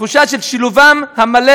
תחושה של שילובם המלא